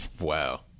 Wow